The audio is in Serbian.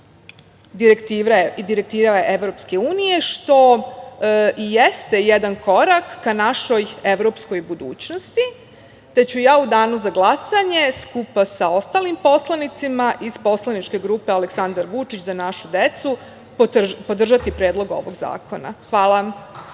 Direktiva Evropske unije, što i jeste jedan korak ka našoj evropskoj budućnosti, te ću ja u danu za glasanje, skupa sa ostalim poslanicima iz poslaničke grupe „Aleksandar Vučić – Za našu decu“ podržati Predlog ovog zakona. Hvala.